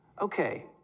Okay